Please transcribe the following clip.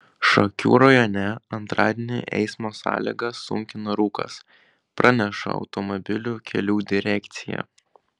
šakių rajone antradienį eismo sąlygas sunkina rūkas praneša automobilių kelių direkcija